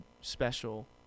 special